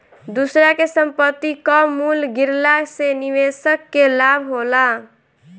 दूसरा के संपत्ति कअ मूल्य गिरला से निवेशक के लाभ होला